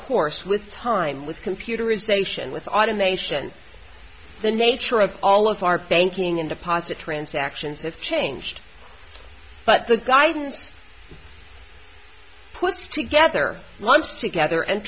course with time with computerization with automation the nature of all of our banking into posit transactions have changed but the guidance puts together lunch together and